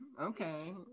Okay